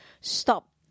stop